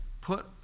put